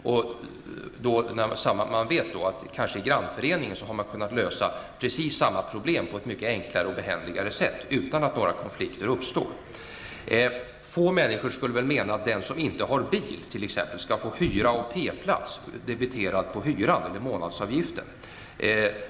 Samtidigt vet man att man i grannföreningen har kunnat lösa precis samma problem på ett mycket enklare och behändigare sätt utan att någon konflikt uppstår. Få människor skulle väl tycka att den som inte har bil skulle få hyran för en parkeringsplats debiterad på månadshyran.